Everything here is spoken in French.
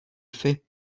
fait